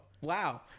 Wow